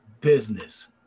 business